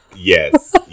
Yes